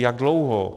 Jak dlouho?